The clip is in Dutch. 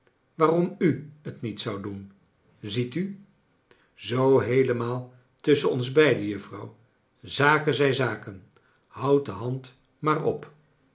waarom u t niet zoudt doen ziet u zoo heelemaal tusschen ons beiden juffrouw zaken zijn zaken houd de hand maar op